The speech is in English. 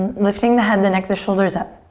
lifting the head, the neck, the shoulders up.